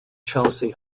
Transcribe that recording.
chelsea